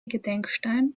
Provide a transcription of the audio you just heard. gedenkstein